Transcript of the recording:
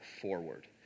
forward